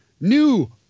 New